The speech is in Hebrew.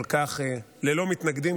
ללא מתנגדים,